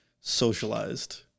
socialized